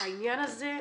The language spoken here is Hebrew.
שהעניין הזה,